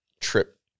trip